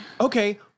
Okay